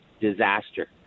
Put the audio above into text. disaster